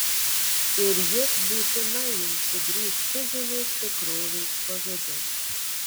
ir jis būtinai jums sugrįš fizinės tikrovės pavidalu